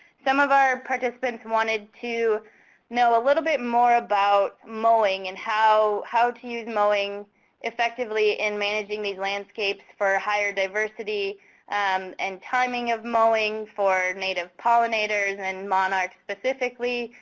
some of our participants wanted to know a little bit more about mowing and how how to use mowing effectively in managing the landscape for higher diversity um and timing of mowing for native pollinators and monarchs specifically.